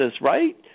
right